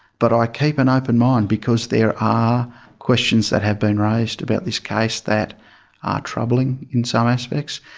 but i keep an open mind because there are questions that have been raised about this case that are troubling in some aspects.